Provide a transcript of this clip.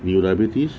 你有 diabetes